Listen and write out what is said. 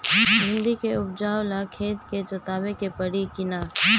भिंदी के उपजाव ला खेत के जोतावे के परी कि ना?